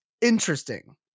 interesting